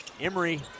Emery